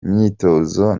imyitozo